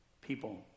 People